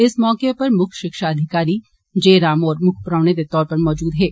इस मौके उप्पर मुक्ख षिक्षा अधिकारी जे राम होर मुक्ख परौहने दे तौर उप्पर मौजूद हे